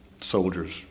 soldiers